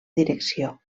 direcció